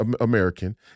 American